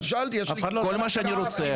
אז שאלתי --- אף אחד --- כל מה שאני רוצה,